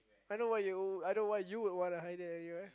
I know why you I know why you would want to hang there